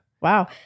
wow